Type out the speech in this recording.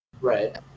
Right